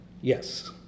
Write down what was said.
yes